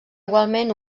igualment